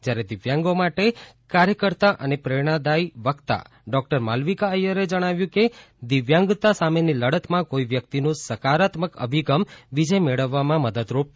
જ્યારે દિવ્યાંગો માટે કાર્યકર્તા અને પ્રેરણાદીય વકતા ડોકટર માલવિકા અય્યરે જણાવ્યું કે દિવ્યાંગતા સામેની લડતમાં કોઇ વ્યક્તિનું સકારાત્મક અભિગમ વિજય મેળવવામાં મદદરૂપ થાય છે